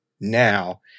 now